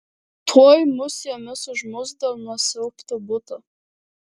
tuoj mus jomis užmuš dėl nusiaubto buto